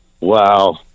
Wow